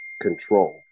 control